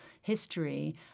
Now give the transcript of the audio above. history